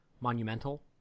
monumental